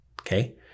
okay